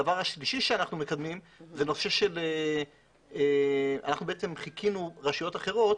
הדבר השלישי שאנחנו מקדמים אנחנו חיקינו רשויות אחרות